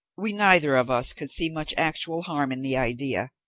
we neither of us could see much actual harm in the idea,